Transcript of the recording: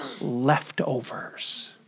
leftovers